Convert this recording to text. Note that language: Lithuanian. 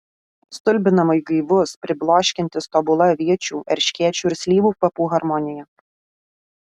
stulbinamai gaivus pribloškiantis tobula aviečių erškėčių ir slyvų kvapų harmonija